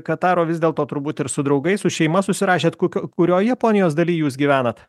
kataro vis dėl to turbūt ir su draugais su šeima susirašėt kokio kurioje japonijos dalyje jūs gyvenat